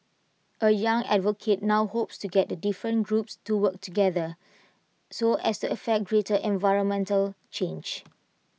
A young advocate now hopes to get the different groups to work together so as to effect greater environmental change